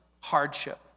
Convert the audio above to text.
hardship